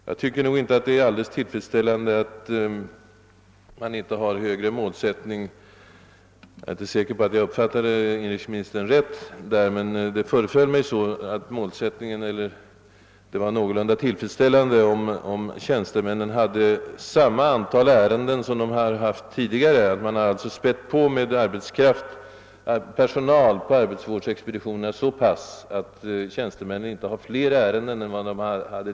Jag är inte säker på att jag uppfattade inrikesministern rätt, men det verkade som om han menade att det var en tillräcklig ökning av antalet tjänstemän, om dessa hade samma antal ärenden som tidigare, att man alltså hade ökat personalen på arbetsvårdsexpeditionerna bara jämt så mycket, att tjänstemännen nu inte har fler ärenden än de tidigare hade.